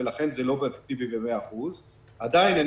ולכן זה לא --- במאה אחוז.